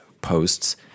posts